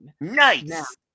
Nice